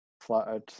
flattered